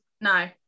No